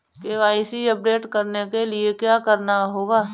KYC update करने के लिए क्या करना होगा?